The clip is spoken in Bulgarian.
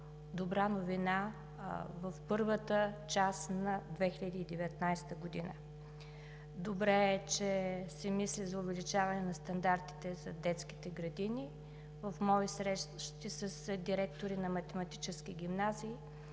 добра новина в първата част на 2019 г. Добре е, че се мисли за увеличаване на стандартите за детските градини. В мои срещи с директори на математически гимназии